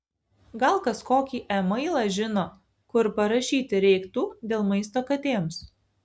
gal kas kokį e mailą žino kur parašyti reiktų dėl maisto katėms